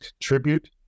contribute